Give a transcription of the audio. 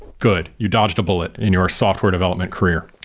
good. you dodged a bullet in your software development career.